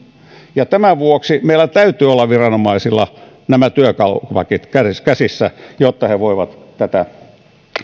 tapahtuvat tämän vuoksi meillä täytyy olla viranomaisilla nämä työkalupakit käsissä jotta he voivat tätä